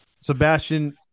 Sebastian